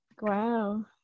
Wow